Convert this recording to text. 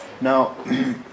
Now